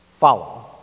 follow